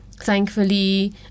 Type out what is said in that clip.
thankfully